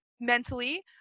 mentally